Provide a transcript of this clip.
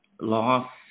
loss